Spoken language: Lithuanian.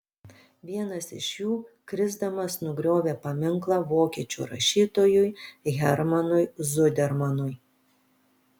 vienas iš jų krisdamas nugriovė paminklą vokiečių rašytojui hermanui zudermanui